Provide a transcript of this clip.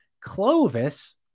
Clovis